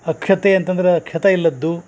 ಅಕ್ಷತೆ ಅಂತಂದ್ರ ಕ್ಯತ ಇಲ್ಲದ್ದು